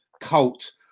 cult